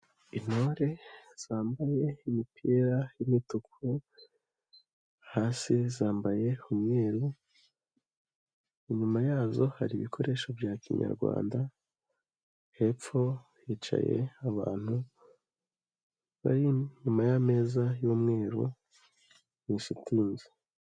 iItore zambaye imipira y'imituku hasi zambaye umweru, inyuma yazo hari ibikoresho bya kinyarwanda, hepfo hicaye abantu bari inyuma y'ameza y'umweru muri shitingi.